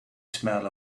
smell